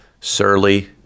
Surly